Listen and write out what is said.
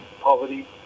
poverty